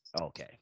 Okay